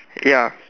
ya